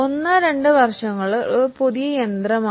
1 2 വർഷങ്ങളിൽ ഇത് ഒരു പുതിയ യന്ത്രമാണ്